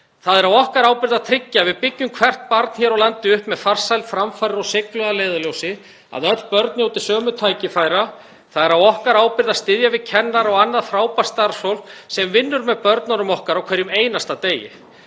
Það er á okkar ábyrgð að tryggja að við byggjum hvert barn hér á landi upp með farsæld, framfarir og seiglu að leiðarljósi, að öll börn njóti sömu tækifæra. Það er á okkar ábyrgð að styðja við kennara og annað frábært starfsfólk sem vinnur með börnunum okkar á hverjum einasta degi.